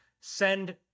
send